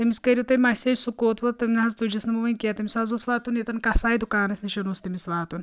تٔمِس کرِو تُہۍ مسیج سُہ کوٚت ووت تٔمۍ نہ حظ تُجِس نہٕ بہٕ ؤنہِ کیٛنٚہہ تٔمِس حظ اوس واتُن یوٚتَن کسایہِ دُکانس نِشَن اوس تٔمِس واتُن